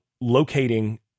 locating